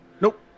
nope